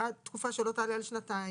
תקופה שלא תעלה על שנתיים.